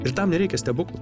ir tam nereikia stebuklo